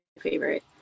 favorite